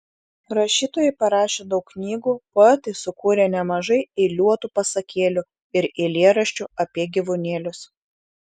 rašytojai parašė daug knygų poetai sukūrė nemažai eiliuotų pasakėlių ir eilėraščių apie gyvūnėlius